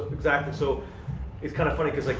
exactly, so it's kind of funny, cause, like